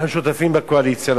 אתם שותפים בקואליציה.